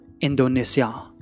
Indonesia